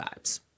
vibes